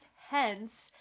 hence